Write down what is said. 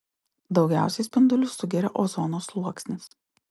daugiausiai spindulių sugeria ozono sluoksnis